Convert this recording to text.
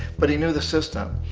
but he knew the system.